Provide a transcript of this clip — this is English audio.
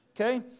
okay